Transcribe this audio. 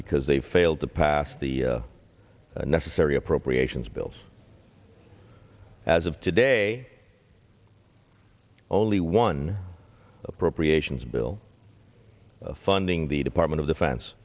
because they failed to pass the necessary appropriations bills as of today only one appropriations bill funding the department of defen